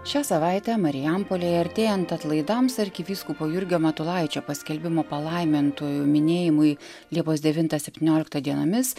šią savaitę marijampolėje artėjant atlaidams arkivyskupo jurgio matulaičio paskelbimo palaimintuoju minėjimui liepos devintą septynioliktą dienomis